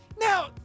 Now